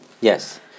Yes